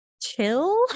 Chill